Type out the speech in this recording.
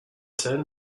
ten